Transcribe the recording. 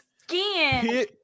skin